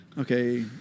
Okay